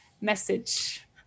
message